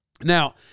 Now